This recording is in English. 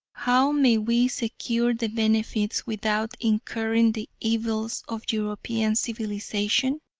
how may we secure the benefits, without incurring the evils of european civilisation?